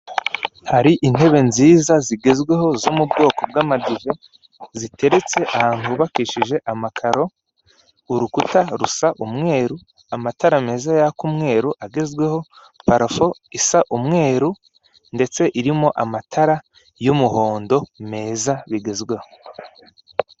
Hari intebe nziza zigezweho zo mu bwoko bw'amadiva, ziteretse ahantu hubakishije amakaro, urukuta rusa umweru, amatara meza yaka umweru agezweho, parafo isa umweru, ndetse irimo amatara y'umuhondo meza bigezweho.